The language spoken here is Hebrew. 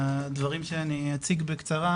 הדברים שאני אציג בקצרה,